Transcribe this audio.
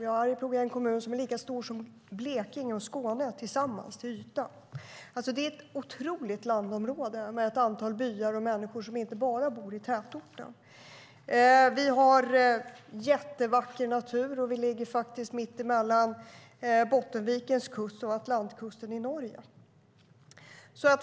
Ja, Arjeplog är en kommun som är lika stor som Blekinge och Skåne tillsammans till ytan. Det är alltså ett otroligt landområde med ett antal byar och människor som inte bara bor i tätorten. Vi har jättevacker natur. Vi ligger mittemellan Bottenvikens kust och Atlantkusten i Norge.